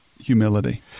humility